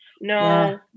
no